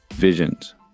visions